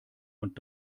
und